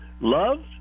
love